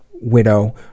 widow